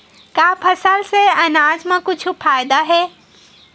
का फसल से आनाज मा कुछु फ़ायदा हे?